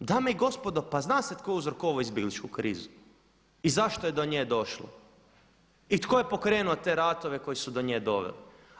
Dame i gospodo pa zna se tko je uzrokovao izbjegličku krizu i zašto je do nje došlo i tko je pokrenuo te ratove koji su do nje doveli.